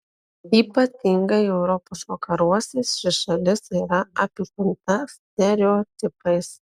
ypatingai europos vakaruose ši šalis yra apipinta stereotipais